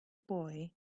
boy